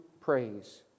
praise